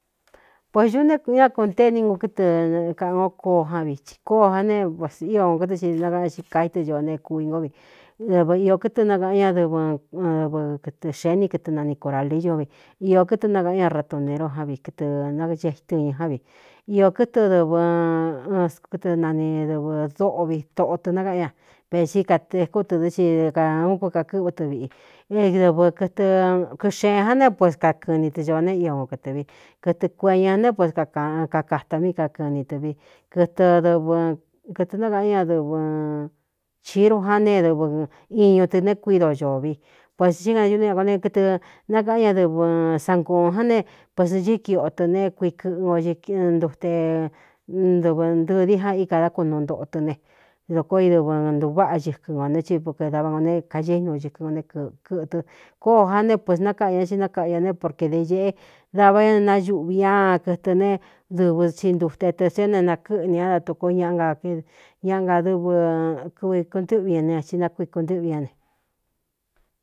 Pēsu ne ñá kuꞌntee ningu kítɨ kaꞌan ó kóo ján vi tsi kóó jan ne ío ōn kɨtɨ i nakaꞌanña i kaí tɨ ñoo ne kuingo vi dɨvɨ iō kɨtɨ nákaꞌan ñadɨvɨdɨvɨ kɨtɨ xēé ni kɨtɨ nani corāliliú vi iō kɨtɨ nákaꞌan ña ratunēriú ján vi kɨtɨ nacetɨ ña ján vi iō kɨtɨ dɨvɨkɨtɨ nani dɨvɨ dôꞌo vi toꞌo tɨ nakaꞌán ña veci katēkú tɨ dɨ́ ci ún kui kakɨ́ꞌvɨ tɨ viꞌi édɨvɨ kɨtɨ kɨxeen ján né pus kakɨɨni tɨ cō ne io o kɨtɨ vi kɨtɨ kuee ñɨ̄ né pues kakātā mí kakɨɨni tɨ vi kɨɨɨkɨtɨ nákaꞌan ñadɨvɨ chiru ján ne dɨvɨ iñu tɨ né kuído ñoo vi puesa í kanún ña ko ne kɨtɨ nákaꞌan ñadɨvɨ sangūūn ján ne pesɨchɨ kio tɨ ne kuikɨꞌɨ o ntute dɨvɨ ntɨdi jan íka dákunuu ntoꞌo tɨ ne doko i dɨvɨ ntuváꞌa ñɨkɨn ān né chipu k davá no ne kagéínu ñɨkɨn ō né kɨtɨ kóó jan ne puēs nakaꞌan ña i nákaꞌan ña ne porkē dē ñēꞌe dava ña ne nañuꞌvī ñan kɨtɨ ne dɨvɨ tsi ntute tɨ sóé ne nakɨ́ꞌɨni ñá ntatuko ñꞌ na ñaꞌa nga dɨvɨ kɨvikuntɨ́ꞌvi ña ne ti nakuiku ntɨ́ꞌvi ñá ne.